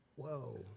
whoa